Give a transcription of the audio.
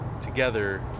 together